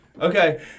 Okay